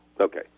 Okay